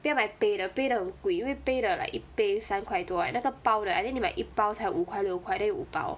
不要买杯的杯的很贵因为杯的 like 一杯三块多 right 那个包的 I think 你买一包才五块六块 then 有五包